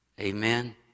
Amen